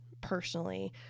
personally